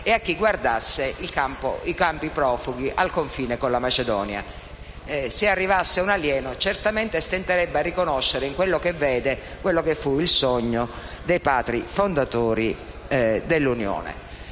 e a chi guardasse i campi profughi al confine con la Macedonia. Se arrivasse un alieno certamente stenterebbe a riconoscere in quello che vede quello che fu il sogno dei Padri fondatori dell'Unione.